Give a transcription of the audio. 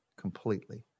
completely